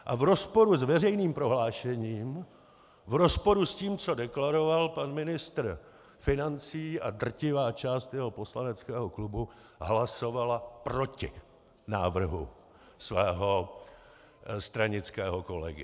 A v rozporu s veřejným prohlášením, v rozporu s tím, co deklaroval pan ministr financí a drtivá část jeho poslaneckého klubu, hlasovala proti návrhu svého stranického kolegy.